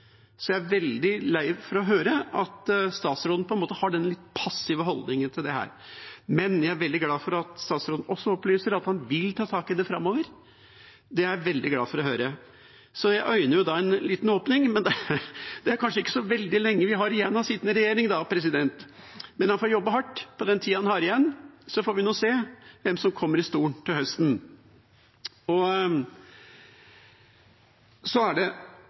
Jeg er veldig lei for å høre at statsråden har en litt passiv holdning til dette, men jeg er veldig glad for at statsråden også opplyser at han vil ta tak i det framover. Det er jeg veldig glad for å høre, så jeg øyner en liten åpning. Det er kanskje ikke så veldig lenge vi har igjen av sittende regjering, men han får jobbe hardt på den tida han har igjen, så får vi se hvem som kommer i stolen til høsten. Så er det